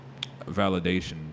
Validation